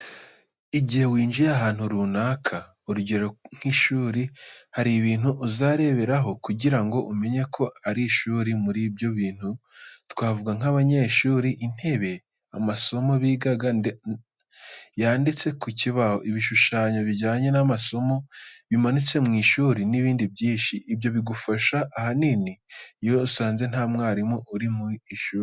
Igihe winjiye ahantu runaka ,urugero nk'ishuri, hari ibintu uzareberaho kugira ngo umenye ko ari ishuri. Muri ibyo bintu twavuga nk'abanyeshuri, intebe ,amasomo bigaga yanditse ku kibaho, ibishushanyo bijyanye n'amasomo bimanitse mu ishuri n'ibindi byinshi. Ibyo bigufasha ahanini iyo usanze nta mwarimu uri mu ishuri.